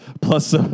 plus